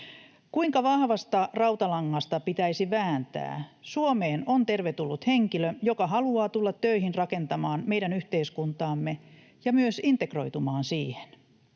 Kuinka vahvasta rautalangasta pitäisi vääntää? Suomeen on tervetullut henkilö, joka haluaa tulla töihin rakentamaan meidän yhteiskuntaamme ja myös integroitumaan siihen.